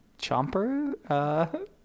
chomper